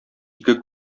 ике